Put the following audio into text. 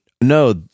No